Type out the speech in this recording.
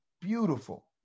beautiful